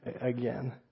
again